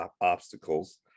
obstacles